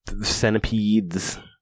centipedes